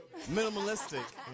Minimalistic